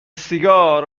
سیگار